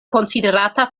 konsiderata